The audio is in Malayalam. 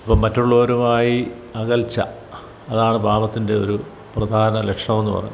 അപ്പം മറ്റുള്ളവരുമായി അകൽച്ച അതാണ് പാപത്തിൻ്റെ ഒരു പ്രധാന ലക്ഷണം എന്ന് പറയുന്നത്